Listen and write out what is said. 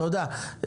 תודה.